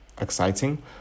exciting